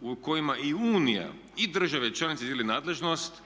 u kojima i Unija i države članice dijele nadležnost